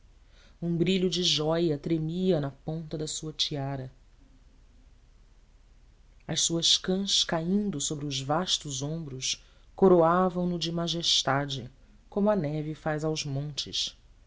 um brilho de jóia tremia na ponta da sua tiara as suas cãs caindo sobre os vastos ombros coroavam no de majestade como a neve faz aos montes